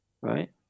Right